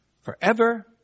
forever